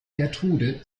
gertrude